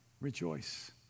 rejoice